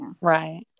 Right